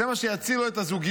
זה מה שיציל לו את הזוגיות?